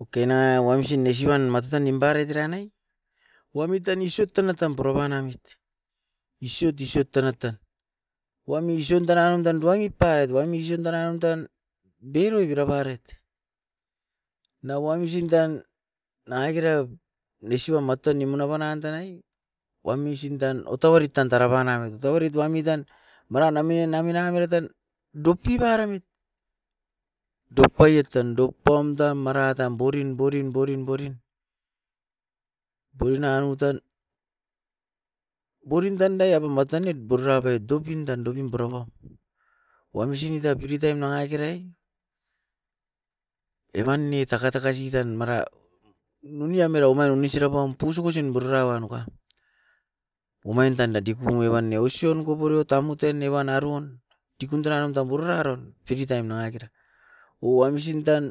Oke nao wamsin isi uan matatan nimparaiet era nai wamitani siot tena tam purapanamit. Isiot, isiot tena tan, wamu ision danai tan duangip pait duangi ision danaim tan bereau birui birabaret. Nao wamsin tan nangakera nisiwam matan ni muna banan tanai wamsin tan otoarit tan tara banamit otoarit wami tan baranami nami nam era tan, dukpi baremit. Dokpaiet tan, dok pamda maratam borin, borim, borim, borim borinanu tan, borin tandaii aveu matanoit burabet dop indan, dop in purapau. Wamsin i tai fri taim nangai kerai, evan ne takatakasi tan mara nuni amera omain oni sirapaum pusukusin burara uan nuka. Poumain tanda dekum evan ne osion koporio tamuten evan araun dikum tenan taburera raon fri taim nangakera. O wamsin tan